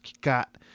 got